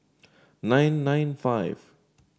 nine nine five